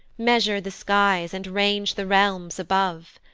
measure the skies, and range the realms above.